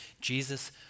Jesus